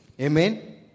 Amen